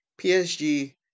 PSG